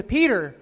Peter